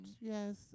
yes